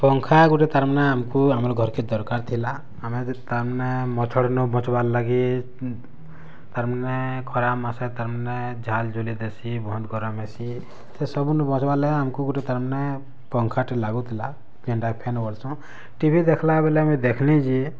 ପଙ୍ଖା ଗୁଟେ ତାର୍ ମାନେ ଆମକୁ ଆମର୍ ଘର୍ କେ ଦରକାର୍ ଥିଲା ଆମେ ଯେ ତାର୍ ମାନେ ମଛଡ଼ ବଚବାର୍ ଲାଗି ତାର୍ ମାନେ ଖରା ମାସେ ତାର୍ ମାନେ ଝାଲ ଝୁଲି ଦେଶୀ ବହତ ଗରମ ହେସି ସେ ସବୁ ନୁ ବଚବାର୍ ଲାଗି ଆମକୁ ଗୁଟେ ତାର୍ ମାନେ ପଙ୍ଖା ଟେ ଲାଗୁଥିଲା ଯେନ୍ତା ଫ୍ୟାନ୍ ବୋଲସୁ ଟିଭି ଦେଖଲା ବେଲେ ମୁଇଁ ଦେଖଲି ଯେ